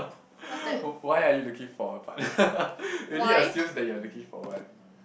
why are you looking for a partner already assumes that you are looking for one